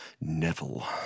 Neville